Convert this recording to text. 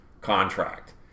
contract